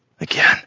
again